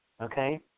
Okay